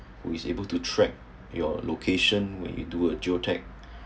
who is able to track your location when you do a geotech